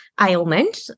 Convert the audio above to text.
ailment